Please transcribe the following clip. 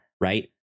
right